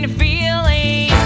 feeling